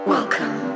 Welcome